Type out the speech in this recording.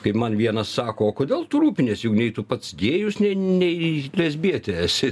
kai man vienas sako o kodėl tu rūpiniesi juk nei tu pats gėjus nei nei lesbietė esi